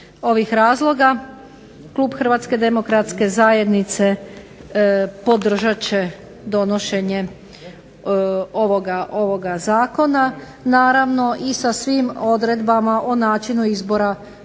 ovih razloga, klub HDZ-a podržat će donošenje ovoga zakona, naravno i sa svim odredbama o načinu izbora